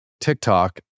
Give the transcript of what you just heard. TikTok